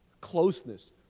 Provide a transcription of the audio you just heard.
closeness